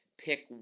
pick